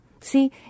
See